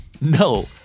No